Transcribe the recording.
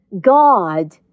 God